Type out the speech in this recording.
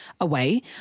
away